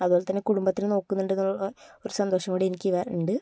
അതുപോലെ തന്നെ കുടുംബത്തിനെ നോക്കുന്നുണ്ട് എന്നുള്ള ഒരു സന്തോഷം കൂടി എനിക്ക് ഉണ്ട്